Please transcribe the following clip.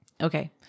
Okay